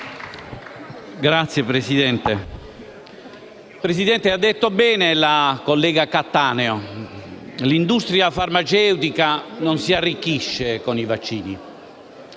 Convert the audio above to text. RI))*. Signor Presidente, ha detto bene la collega Cattaneo: l'industria farmaceutica non si arricchisce con i vaccini.